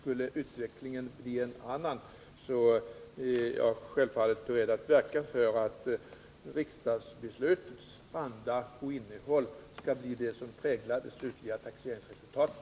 Skulle utvecklingen bli en annan är jag självfallet beredd att verka för att riksdagsbeslutets anda och innehåll skall bli det som präglar det slutliga taxeringsresultatet.